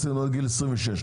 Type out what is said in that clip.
זה עד גיל 26,